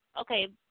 okay